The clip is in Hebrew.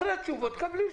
תקבלי תשובה יותר